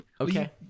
Okay